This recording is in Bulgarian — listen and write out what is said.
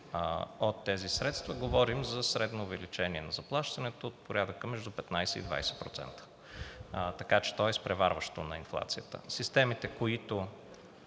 от тези средства, говорим за средно увеличение на заплащането от порядъка между 15% и 20%, така че то е изпреварващо на инфлацията. Системите, които